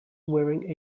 wearing